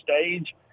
stage